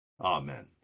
amen